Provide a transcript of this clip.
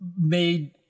Made